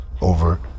over